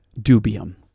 dubium